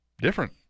different